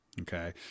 okay